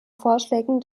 vorschlägen